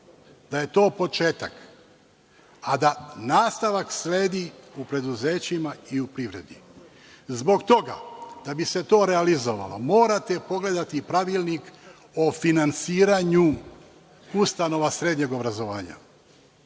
da je to početak, a da nastavak sledi u preduzećima i u privredi. Zbog toga, da bi se to realizovalo, morate pogledati Pravilnik o finansiranju ustanova srednjeg obrazovanja